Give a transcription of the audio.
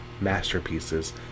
masterpieces